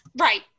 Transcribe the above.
Right